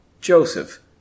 Joseph